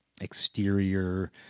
exterior